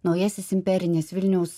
naujasis imperinis vilniaus